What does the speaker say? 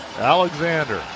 Alexander